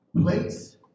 place